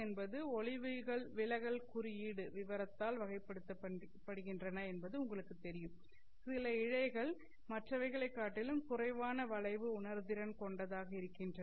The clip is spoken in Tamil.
என்பது ஒளிவிலகல் குறியீடு விவரத்தால் வகைப்படுத்தப்படுகின்றன என்பது உங்களுக்குத் தெரியும் சில இழைகள் மற்றவைகளைக் காட்டிலும் குறைவான வளைவு உணர்திறன் கொண்டதாக இருக்கின்றன